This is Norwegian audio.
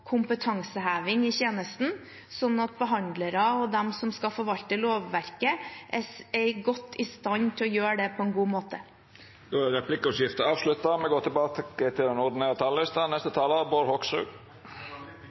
kompetanseheving i tjenesten, sånn at behandlere og de som skal forvalte lovverket, er i stand til å gjøre det på en god måte. Jeg registrerer at i svarbrevet til komiteen fra statsråden står det: men også bidra til